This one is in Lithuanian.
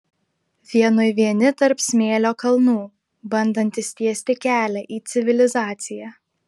vienui vieni tarp smėlio kalnų bandantys tiesti kelią į civilizaciją